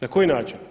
Na koji način?